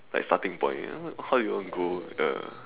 like starting point how you want to go the